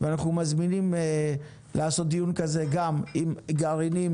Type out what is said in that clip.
ואנחנו מזמינים לעשות דיון כזה גם עם גרעינים